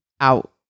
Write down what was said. out